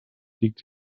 liegt